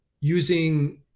using